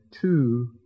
two